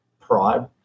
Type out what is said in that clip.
pride